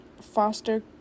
foster